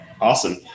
Awesome